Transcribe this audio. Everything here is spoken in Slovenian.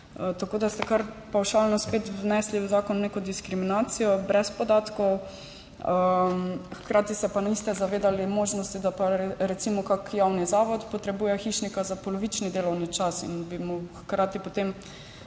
Tako da ste kar pavšalno spet vnesli v zakon neko diskriminacijo, brez podatkov, hkrati se pa niste zavedali možnosti, da pa recimo kak javni zavod potrebuje hišnika za polovični delovni čas, in bi hkrati potem,